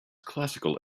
classical